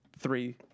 Three